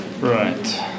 Right